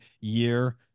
year